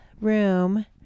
room